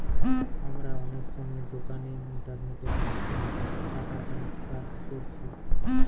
আমরা অনেক সময় দোকানে ইন্টারনেটের মাধ্যমে টাকা ট্রান্সফার কোরছি